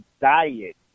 diet